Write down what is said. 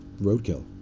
roadkill